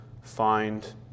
find